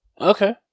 Okay